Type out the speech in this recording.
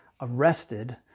arrested